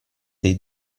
dei